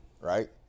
right